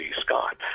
Scott